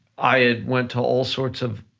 i had went to all sorts of